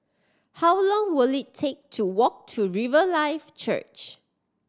how long will it take to walk to Riverlife Church